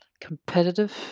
competitive